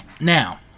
now